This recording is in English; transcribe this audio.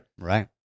Right